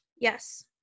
Yes